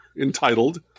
entitled